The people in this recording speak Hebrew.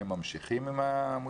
האם ממשיכים עם העמותה הזאת.